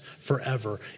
forever